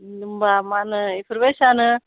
होमब्ला माहोनो एफोरबायसानो